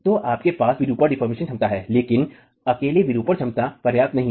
तो आपके पास विरूपण क्षमता है लेकिन अकेले विरूपण क्षमता पर्याप्त नहीं है